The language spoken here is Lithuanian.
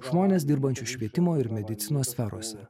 žmones dirbančius švietimo ir medicinos sferose